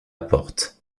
porte